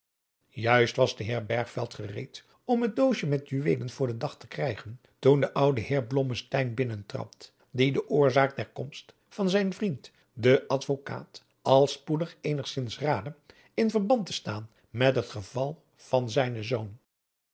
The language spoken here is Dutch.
juist was de heer bergveld gereed om het doosje met juweelen voor den dag te krijgen toen de oude heer blommesteyn binnentrad die de oorzaak der komst van zijn vriend den advokaat al spoedig eensgzins raadde in verband te staan met het geval van zijnen zoon